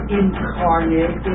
incarnate